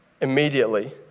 immediately